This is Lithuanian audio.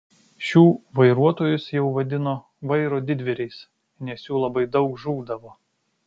šių vairuotojus jau vadino vairo didvyriais nes jų labai daug žūdavo